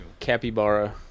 Capybara